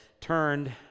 turned